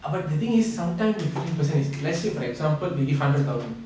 err but the thing is sometime the fifteen percent let's say for example they give hundred thousand